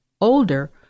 older